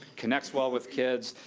connects well with kids,